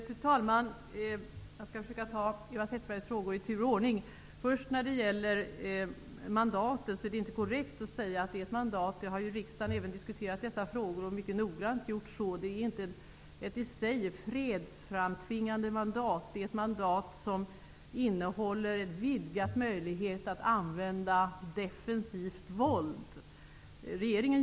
Fru talman! Jag skall försöka att besvara Eva Zetterbergs frågor i tur och ordning. Det är inte korrekt att säga att det är ett mandat. Riksdagen har mycket noggrant diskuterat dessa frågor. Det är inte ett i sig fredsframtvingande mandat. Det är ett mandat som innehåller vidgad möjlighet att använda defensivt våld.